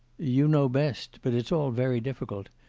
you know best but it's all very difficult.